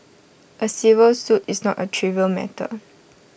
A civil suit is not A trivial matter